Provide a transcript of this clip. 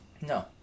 No